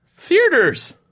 Theaters